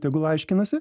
tegul aiškinasi